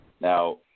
Now